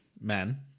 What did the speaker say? men